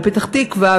בפתח-תקווה,